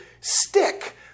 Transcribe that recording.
stick